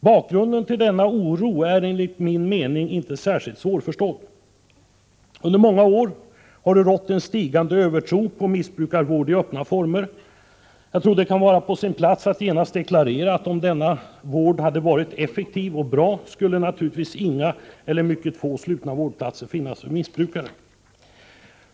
Bakgrunden till denna oro är enligt min mening inte särskilt svårförstådd. Under många år har det funnits en växande övertro på missbrukarvård i öppna former. Det kan nog vara på sin plats att genast deklarera: Om denna vård hade varit effektiv och bra, skulle naturligtvis inga eller mycket få slutna vårdplatser finnas för missbrukare.